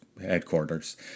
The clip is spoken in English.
headquarters